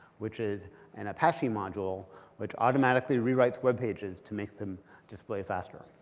which is an apache module which automatically rewrites web pages to make them display faster.